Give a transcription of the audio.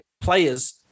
Players